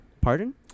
Pardon